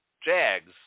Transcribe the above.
Jags